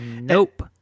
Nope